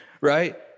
right